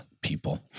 people